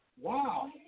wow